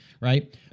right